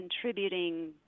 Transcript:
contributing